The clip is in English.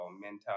mental